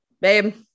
babe